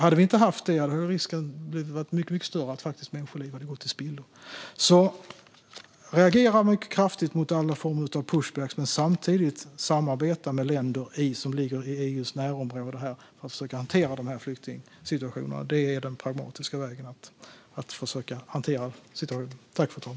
Hade vi inte haft det hade risken varit mycket större för att människoliv faktiskt hade gått till spillo. Att reagera mycket kraftigt mot alla former av pushbacks men samtidigt samarbeta med länder som ligger i EU:s närområde är den pragmatiska vägen att försöka hantera situationen.